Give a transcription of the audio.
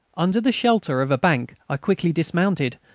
under the shelter of a bank i quickly dismounted,